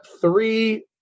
three